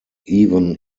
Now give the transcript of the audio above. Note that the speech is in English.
even